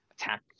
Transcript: attack